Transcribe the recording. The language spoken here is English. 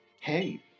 hey